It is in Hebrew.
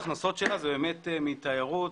הן מתיירות.